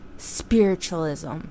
spiritualism